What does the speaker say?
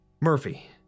Murphy